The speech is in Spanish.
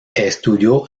estudió